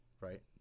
right